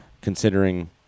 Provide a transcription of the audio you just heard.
Considering